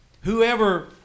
whoever